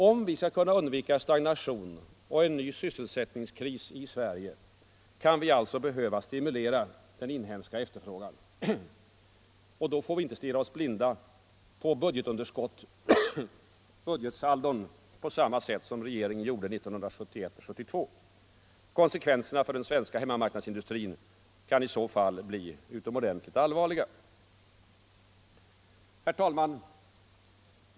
Om vi skall kunna undvika stagnation och en ny sysselsättningskris i Sverige, kan vi alltså behöva stimulera den inhemska efterfrågan. Och då får vi inte stirra oss blinda på budgetsaldon på samma sätt som regeringen gjorde 1971 och 1972. Konsekvenserna för den svenska hemmamarknadsindustrin kan i så fall bli utomordenligt allvarliga. Herr talman!